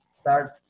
start